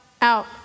out